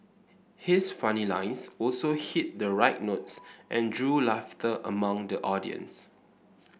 his funny lines also hit the right notes and drew laughter among the audience